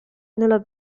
nella